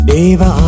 Deva